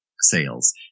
sales